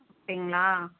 அப்படிங்களா